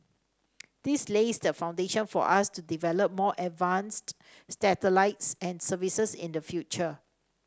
this lays the foundation for us to develop more advanced satellites and services in the future